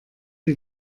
die